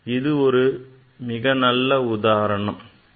இது ஒரு நல்ல உதாரணம் ஆகும்